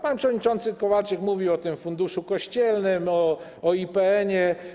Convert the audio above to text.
Pan przewodniczący Kowalczyk mówił o tym Funduszu Kościelnym, o IPN-ie.